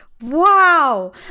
wow